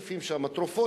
שמתאים לחולי סוכרת.